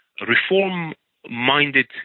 reform-minded